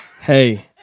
Hey